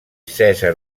cèsar